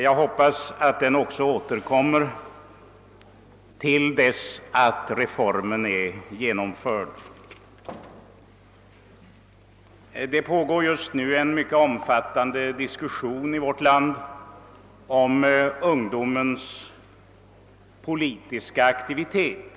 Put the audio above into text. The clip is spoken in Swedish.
Jag hoppas den fortsätter att återkomma till dess att reformen är genomförd. Just nu pågår i vårt land en mycket omfaitande diskussion om ungdomens politiska aktivitet.